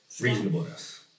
reasonableness